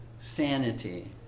sanity